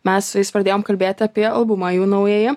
mes su jais pradėjom kalbėti apie albumą jų naująjį